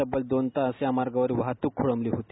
तब्बल दोन तास या मार्गावरील वाहतूक खोळंबली होती